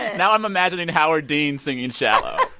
now i'm imagining howard dean singing shallow.